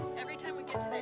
every time i